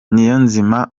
niyonzima